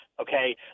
Okay